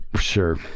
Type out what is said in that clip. sure